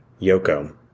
Yoko